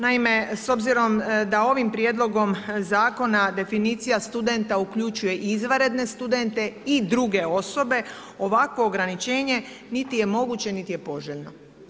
Naime, s obzirom da ovim prijedlogom zakona, definicija studenta uključuje i izvanredne studente i druge osobe, ovakvo ograničenje niti je moguće niti je poželjno.